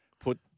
put –